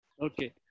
Okay